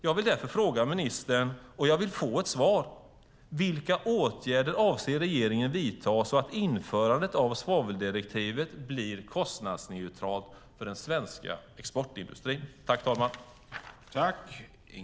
Jag vill därför fråga ministern, och jag vill få ett svar: Vilka åtgärder avser regeringen att vidta så att införandet av svaveldirektivet blir kostnadsneutralt för den svenska exportindustrin?